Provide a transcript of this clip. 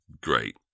great